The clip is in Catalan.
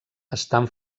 estan